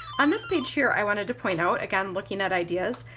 on this page here i wanted to point out again looking at ideas.